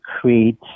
create